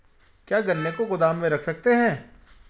क्या गन्ने को गोदाम में रख सकते हैं?